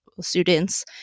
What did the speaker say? students